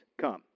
come